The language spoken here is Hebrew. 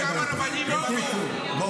כמה רבנים ימנו?